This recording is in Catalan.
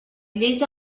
lleis